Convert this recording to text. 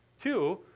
two